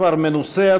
כבר מנוסה,